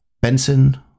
Benson